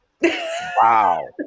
Wow